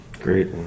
Great